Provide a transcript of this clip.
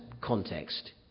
context